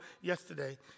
yesterday